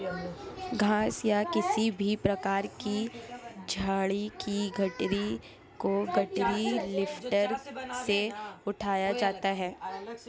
घास या किसी भी प्रकार की झाड़ी की गठरी को गठरी लिफ्टर से उठाया जाता है